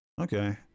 Okay